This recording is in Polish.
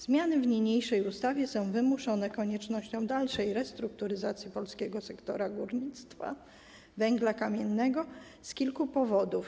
Zmiany w niniejszej ustawie są wymuszone koniecznością dalszej restrukturyzacji polskiego sektora górnictwa węgla kamiennego z kilku powodów.